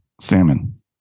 Salmon